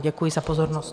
Děkuji za pozornost.